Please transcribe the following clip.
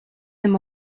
them